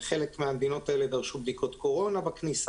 בחלק מהמדינות האלה דרשו בדיקות קורונה בכניסה,